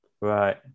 right